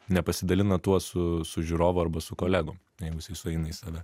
nepasidalina tuo su žiūrovu arba su kolegom jeigu jisai sueina į save